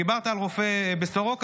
דיברת על רופא בסורוקה,